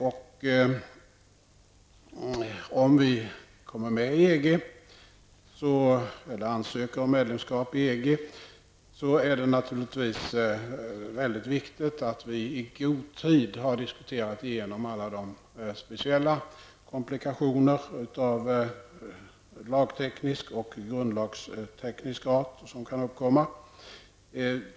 Om vi ansöker om medlemskap i EG är det naturligtvis mycket viktigt att vi i god tid har diskuterat igenom alla de speciella komplikationer av lagteknisk och grundlagsteknisk art som kan uppkomma.